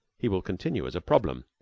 he will continue as a problem.